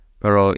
pero